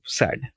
sad